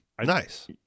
nice